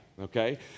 okay